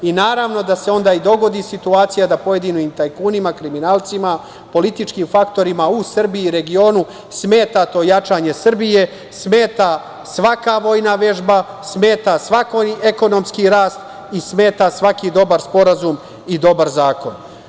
Naravno da se onda i dogodi situacija da pojedinim tajkunima, kriminalcima, političkim faktorima u Srbiji i regionu smeta to jačanje Srbije, smeta svaka vojna vežba, smeta ekonomski rast i smeta svaki dobar sporazum i dobar zakon.